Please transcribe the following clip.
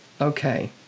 Okay